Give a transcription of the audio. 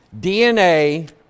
DNA